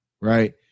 right